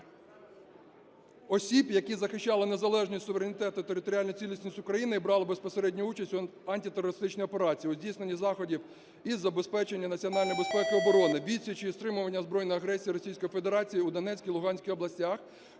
осіб, які захищали незалежність, суверенітет і територіальну цілісність України і брали безпосередню участь у антитерористичній операції, у здійсненні заходів із забезпечення національної безпеки і оборони, відсічі і стримуванні збройної агресії Російської Федерації у Донецькій і Луганській областях,